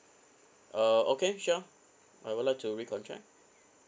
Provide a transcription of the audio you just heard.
uh okay sure I would like to recontract